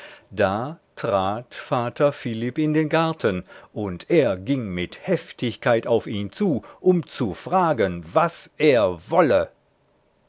da trat vater philipp in den garten und er ging mit heftigkeit auf ihn zu um zu fragen was er wolle